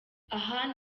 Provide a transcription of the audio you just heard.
aha